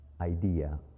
idea